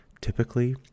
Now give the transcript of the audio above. Typically